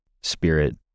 spirit